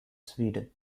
sweden